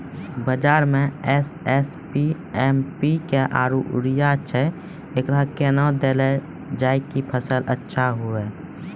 बाजार मे SSP, MPK आरु यूरिया छैय, एकरा कैना देलल जाय कि फसल अच्छा हुये?